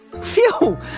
Phew